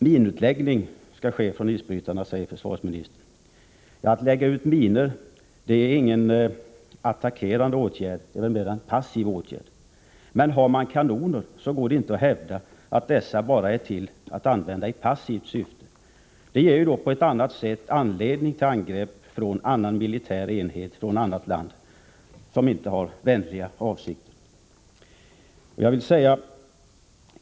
Minutläggning skall ske från isbrytarna, säger försvarsministern. Att lägga ut minor är ingen attackerande åtgärd, utan mera en passiv åtgärd. Men har isbrytarna kanoner ombord går det inte att hävda att de är till för att användas bara i passivt syfte. De ger på ett annat sätt anledning till angrepp från annan militär enhet, från annat land, som inte har vänliga avsikter.